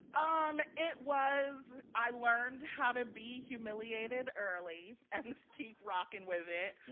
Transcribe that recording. um it was i learned how to be humiliated early and keep rocking with it.